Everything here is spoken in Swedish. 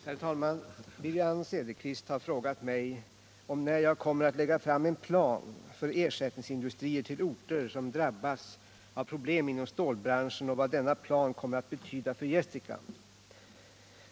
Herr talman! Wivi-Anne Cederqvist har frågat mig när jag kommer att lägga fram en plan för ersättningsindustrier till orter som drabbas av problem inom stålbranschen och vad denna plan kommer att betyda för Gästrikland.